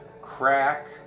crack